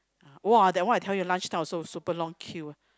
uh !wah! that one I tell you lunch time also super long queue